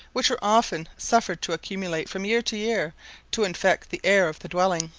which are often suffered to accumulate from year to year to infect the air of the dwelling.